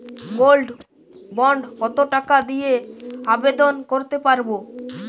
Gold bond কত টাকা দিয়ে আবেদন করতে পারবো?